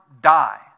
die